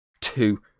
two